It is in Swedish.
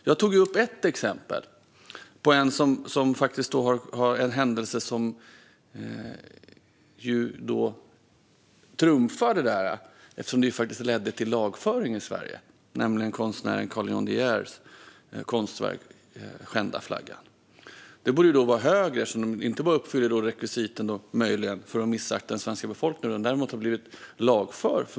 Jag tog upp ett exempel på något som trumfar detta eftersom det faktiskt ledde till lagföring i Sverige, nämligen händelsen med konstnären Carl Johan De Geers konstverk Skända flaggan . Denna händelse borde stå högre upp. Inte bara uppfylldes - möjligen - rekvisitet för att missakta den svenska befolkningen, utan konstnären blev även lagförd.